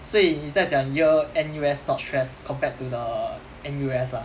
所以你在讲 yale N_U_S not stress compared to the N_U_S lah